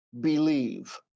believe